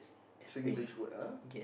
Singlish word ah